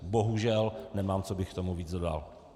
(?) Bohužel nemám, co bych k tomu víc dodal.